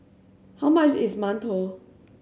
how much is mantou